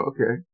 Okay